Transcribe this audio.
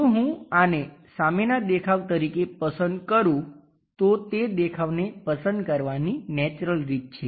જો હું આને સામેના દેખાવ તરીકે પસંદ કરું તો તે દેખાવને પસંદ કરવાની નેચરલ રીત છે